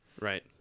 Right